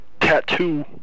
tattoo